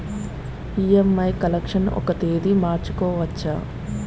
EMI collection ఒక తేదీ మార్చుకోవచ్చా?